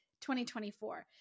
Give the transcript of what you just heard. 2024